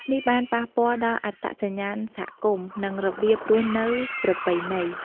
នេះបានប៉ះពាល់ដល់អត្តសញ្ញាណសហគមន៍ និងរបៀបរស់នៅប្រពៃណី។